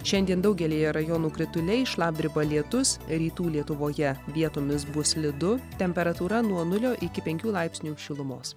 šiandien daugelyje rajonų krituliai šlapdriba lietus rytų lietuvoje vietomis bus slidu temperatūra nuo nulio iki penkių laipsnių šilumos